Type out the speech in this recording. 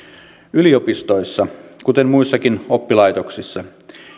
yliopistoissa kuten muissakin oppilaitoksissa